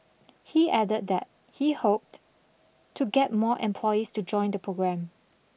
he added that he hoped to get more employees to join the programme